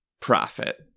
profit